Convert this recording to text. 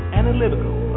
analytical